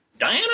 Diana